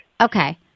Okay